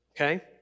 okay